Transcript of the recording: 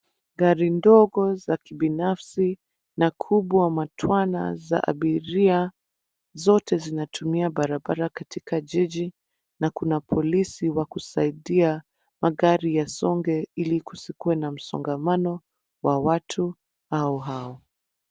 Gari ndogo za kibinafsi na kubwa matwana za abiria, zote zinatumia barabara katika jiji, na kuna polisi wa kusaidia magari yasonge, ili kusikue na msongamano wa watu hao hao.